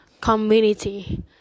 community